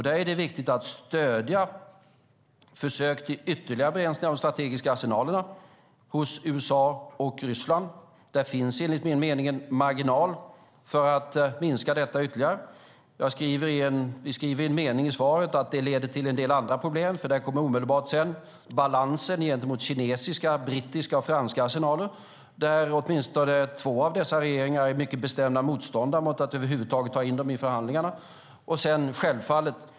Där är det viktigt att stödja försök till ytterligare begränsningar av de strategiska arsenalerna hos USA och Ryssland. Där finns enligt min mening en marginal för att minska dessa ytterligare. Vi skriver i en mening i svaret att det leder till en del andra problem, för där kommer sedan omedelbart balansen gentemot kinesiska, brittiska och franska arsenaler. Åtminstone två av dessa regeringar är mycket bestämda motståndare till att över huvud taget ta in dem i förhandlingarna.